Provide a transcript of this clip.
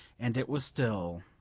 and it was still,